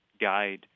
guide